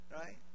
Right